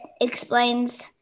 explains